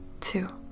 two